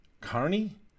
Carney